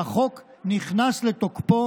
והחוק נכנס לתוקפו